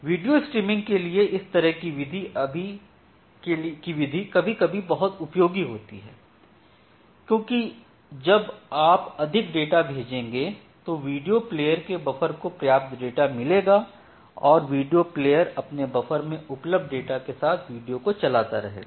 video streaming के लिए इस तरह की विधि कभी कभी बहुत उपयोगी होती है क्योंकि जब आप अधिक डेटा भेजेंगे तो विडियो प्लेयर के बफर को पर्याप्त डेटा मिलेगा और वीडियो प्लेयर अपने बफर में उपलब्ध डेटा के साथ विडियो को चलता रहेगा